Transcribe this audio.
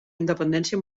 independència